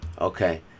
okay